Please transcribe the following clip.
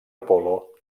apol·lo